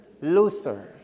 Luther